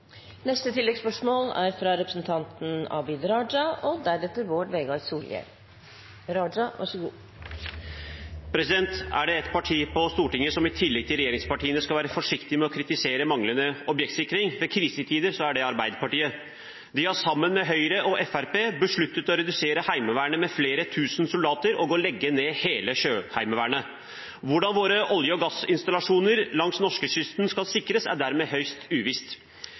Abid Q. Raja – til oppfølgingsspørsmål. Er det ett parti på Stortinget som i tillegg til regjeringspartiene skal være forsiktig med å kritisere manglende objektsikring i krisetider, er det Arbeiderpartiet. De har sammen med Høyre og Fremskrittspartiet besluttet å redusere Heimevernet med flere tusen soldater og å legge ned hele Sjøheimevernet. Hvordan våre olje- og gassinstallasjoner langs norskekysten skal sikres, er dermed høyst uvisst.